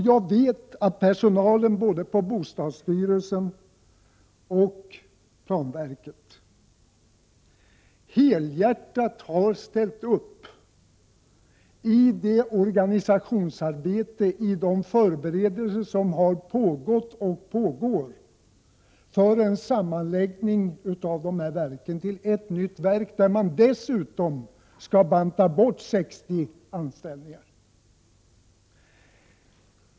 Jag vet att personalen både på bostadsstyrelsen och planverket helhjärtat har ställt uppi det organisationsarbete och de förberedelser som har pågått och pågår för en sammanläggning av verken till ett nytt verk, där man dessutom skall banta bort 60 tjänster.